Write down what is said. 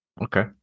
Okay